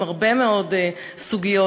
שבהרבה מאוד סוגיות,